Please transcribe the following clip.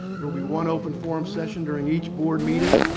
there will be one open forum session during each board meeting.